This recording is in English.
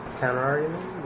counter-argument